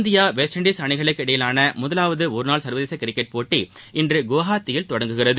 India West Indies அணிகளுக்கு இடையிலான முதலாவது ஒருநாள் சர்வதேச கிரிக்கெட் போட்டி இன்று குவஹாத்தியில் தொடங்குகிறது